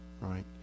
right